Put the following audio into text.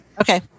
Okay